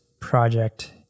project